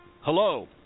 Hello